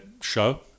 show